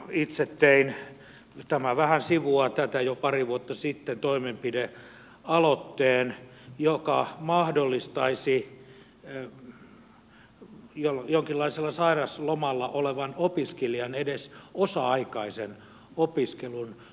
itse tein tämä vähän sivuaa tätä jo pari vuotta sitten toimenpidealoitteen joka mahdollistaisi jonkinlaisella sairauslomalla olevan opiskelijan edes osa aikaisen opiskelun